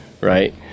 right